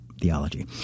theology